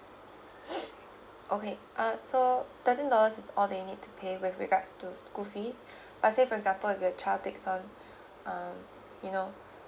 okay uh so thirteen dollars is all that you need to pay with regards to school fees let say for example your child takes on uh you know